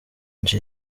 jay